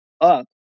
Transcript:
up